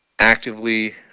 Actively